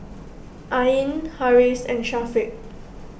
Ain Harris and Syafiq